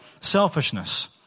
selfishness